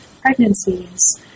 pregnancies